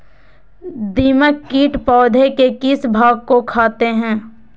दीमक किट पौधे के किस भाग को खाते हैं?